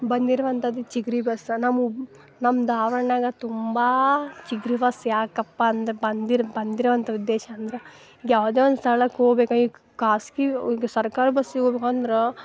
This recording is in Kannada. ಬಂದಿರೋ ಅಂತಂದು ಚಿಗರಿ ಬಸ್ ನಾವು ನಮ್ಮ ಧಾರ್ವಾಡದಾಗ ತುಂಬ ಚಿಗರಿ ಬಸ್ ಯಾಕಪ್ಪ ಅಂದ್ರೆ ಬಂದಿರೋ ಬಂದಿರೋ ಅಂತ ಉದ್ದೇಶ ಅಂದ್ರೆ ಯಾವುದೇ ಒಂದು ಸ್ಥಳಕ್ ಹೋಗ್ಬೇಕು ಈಗ ಖಾಸ್ಗಿ ಈಗ ಸರ್ಕಾರ ಬಸ್ಸಿಗೆ ಹೋಬೇಕ್ ಅಂದ್ರೆ